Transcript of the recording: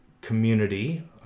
community